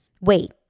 wait